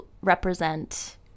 represent